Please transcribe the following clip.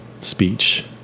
speech